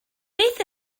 beth